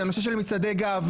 זה הנושא של מצעדי גאווה,